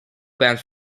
bands